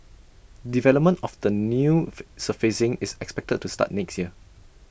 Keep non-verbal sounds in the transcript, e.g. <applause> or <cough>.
development of the new <noise> surfacing is expected to start next year